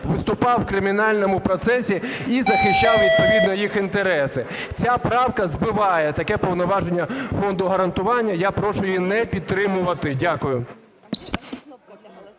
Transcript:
виступав у кримінальному процесі і захищав відповідно їх інтереси. Ця правка збиває таке повноваження Фонду гарантування, я прошу її не підтримувати. Дякую.